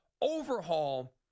overhaul